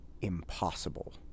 impossible